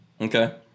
Okay